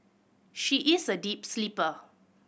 she is a deep sleeper